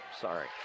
Sorry